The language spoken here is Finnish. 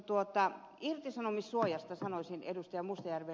mutta irtisanomissuojasta sanoisin ed